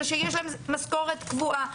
אלא שיש להן משכורת קבועה,